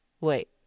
Wait